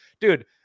dude